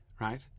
right